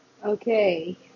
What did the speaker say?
Okay